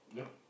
yup